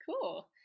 Cool